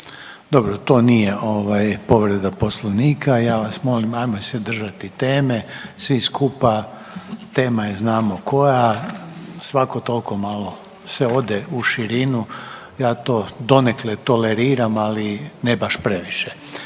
Dobro, to nije povreda poslovnika, ja vas molim ajmo se držati teme svi skupa. Tema je znamo koja svako toliko malo se ode u širinu, ja to donekle toleriram, ali ne baš previše.